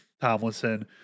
Tomlinson